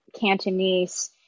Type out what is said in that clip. Cantonese